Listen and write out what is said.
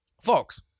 folks